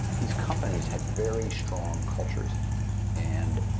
these companies had very strong cultures and